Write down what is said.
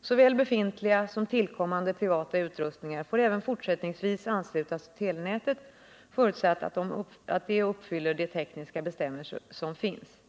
Såväl befintliga som tillkommande privata utrustningar får även fortsättningsvis anslutas till telenätet, förutsatt att de uppfyller de tekniska bestämmelser som finns.